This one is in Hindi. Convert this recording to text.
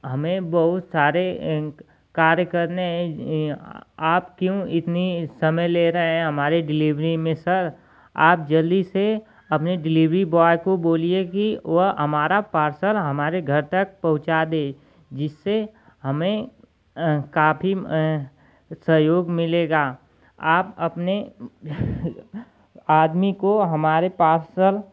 हमें बहुत सारे कार्य करने आप क्यों इतनी समय ले रहे हैं हमारे डिलेवरी में सर आप जल्दी से अपने डिलेवरी बॉय को बोलिए कि वह हमारा पार्सल हमारे घर तक पहुँचा दे जिससे हमें काफी सहयोग मिलेगा आप अपने आदमी को हमारे पार्सल